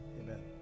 Amen